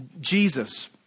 Jesus